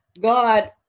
God